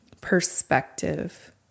perspective